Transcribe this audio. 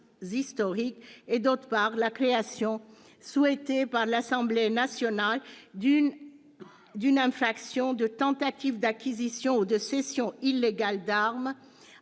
historiques, et, d'autre part, la création, souhaitée par l'Assemblée nationale, d'une infraction de tentative d'acquisition ou de cession illégale d'armes,